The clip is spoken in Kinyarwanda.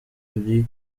uri